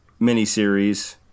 miniseries